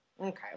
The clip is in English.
okay